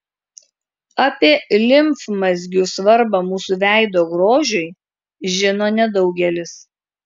apie limfmazgių svarbą mūsų veido grožiui žino nedaugelis